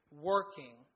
working